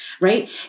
right